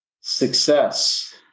Success